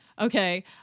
Okay